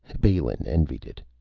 balin envied it.